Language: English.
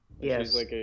yes